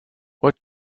what